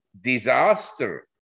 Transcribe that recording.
disaster